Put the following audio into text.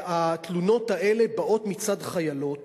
התלונות האלה באות מצד חיילות